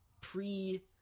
pre-